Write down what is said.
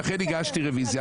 ולכן הגשתי רביזיה,